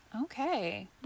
Okay